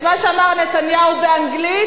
את מה שאמר נתניהו באנגלית,